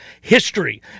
history